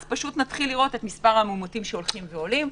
אז נתחיל לראות את מספר המאומתים שהולכים ועולים,